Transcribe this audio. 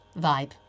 vibe